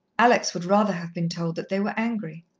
alex would rather have been told that they were angry.